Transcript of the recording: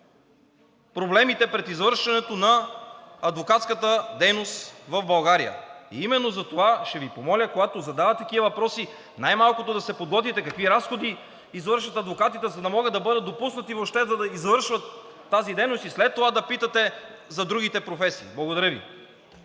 проблемите пред извършването на адвокатската дейност в България. Именно затова ще Ви помоля, когато задавате такива въпроси, най-малкото да се подготвите какви разходи извършват адвокатите, за да могат да бъдат допуснати въобще да извършват тази дейност и след това да питате за другите професии. Благодаря Ви.